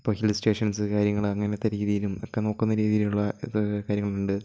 ഇപ്പം ഹിൽസ്റ്റേഷൻസ് കാര്യങ്ങൾ അങ്ങനത്തെ രീതിയിലും ഒക്കെ നോക്കുന്ന രീതിയിലുള്ള ഇത് കാര്യങ്ങളുണ്ട്